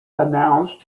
announced